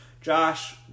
josh